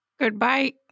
goodbye